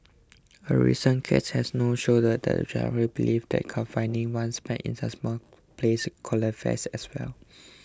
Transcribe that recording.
a recent case has know shown that the judiciary believes that confining one's pet in that small place qualifies as well